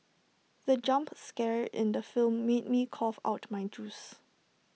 the jump scare in the film made me cough out my juice